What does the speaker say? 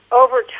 over